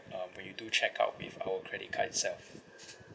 um when you do check out with our credit card itself